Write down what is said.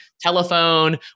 telephone